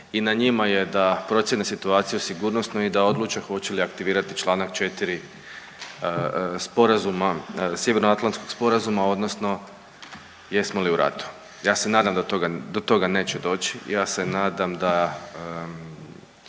i na njima je da procjene situaciju sigurnosnu i da odluče hoće li aktivirati čl. 4. Sjevernoatlantskog sporazuma odnosno jesmo li u ratu. Ja se nadam da do toga neće doći, ja se nadam da